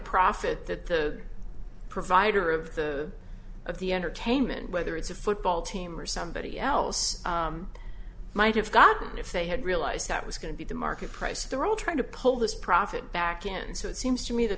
profit that the provider of the of the entertainment whether it's a football team or somebody else might have gotten if they had realized that was going to be the market price they're all trying to pull this profit back in so it seems to me the